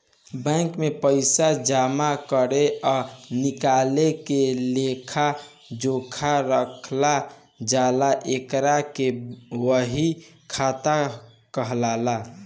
bank में पइसा जामा करे आ निकाले के लेखा जोखा रखल जाला एकरा के बही खाता कहाला